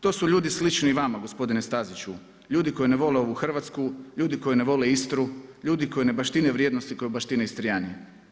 To su ljudi slični vama gospodine Staziću, ljudi koji ne vole ovu Hrvatsku, ljudi koji ne vole Istru, ljudi koji ne baštine vrijednosti koje baštine Istrijani.